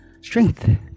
strength